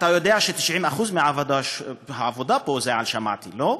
אתה יודע ש-90% מהעבודה פה זה על שמעתי, לא?